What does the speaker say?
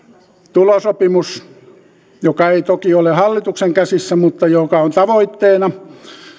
tulosopimus joka ei toki ole hallituksen käsissä mutta joka on tavoitteena